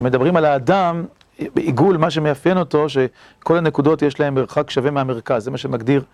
מדברים על האדם בעיגול, מה שמאפיין אותו, שכל הנקודות יש להן מרחק שווה מהמרכז, זה מה שמגדיר.